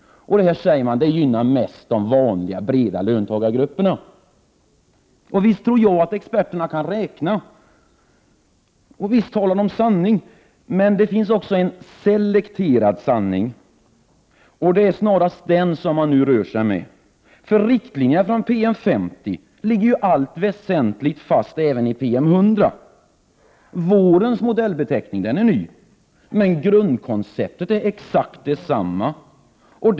Detta säger man gynnar mest de vanliga breda löntagargrupperna. Visst tror jag att experterna kan räkna, visst talar de sanning. Men det finns också en selekterad sanning. Och det är snarast den man nu rör sig med. Riktlinjerna från PM 50 ligger nämligen i allt väsentligt fast även i PM 100. Vårens modellbeteckning är ny, men grundkonceptet är exakt detsamma.